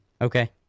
Okay